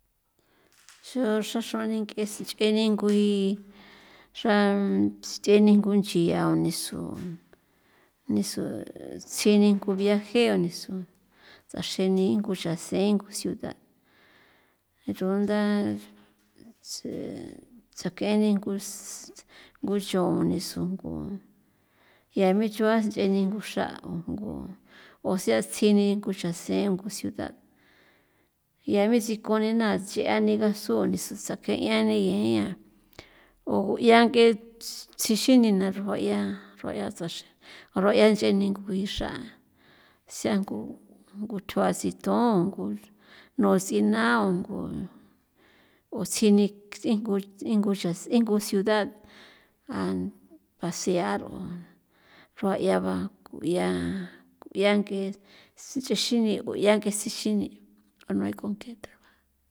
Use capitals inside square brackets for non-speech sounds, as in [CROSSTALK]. [NOISE] ncho xra xruani ng'e [NOISE] sinch'e ningui [NOISE] xra ts'e ningu nchia o nisu nisu tsini ngu viaje o nisu tsaxeni nguchase ngu ciudad rugunda [NOISE] tse tsak'e ni nguxo niso ngu yame chua nche'e ni ngoxra'u ngu ó sea tsjini ko xa seon ko ciudad ya me siko nina che'aniga suni sakeia ni yen ña o ju'ia ng'e thixinina xrua'ia xrua'ia tsaxa ruaya nche ningo ngui xraa sangu ng thua sithon ngu nu sinao o tsjini thingo ingu xa ingu ciudad a pasear o ruaya ba kuya kuyank'e sinche xeni kuya nk'e sixini o no hay con ke traba.